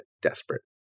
Desperate